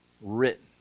written